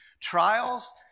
trials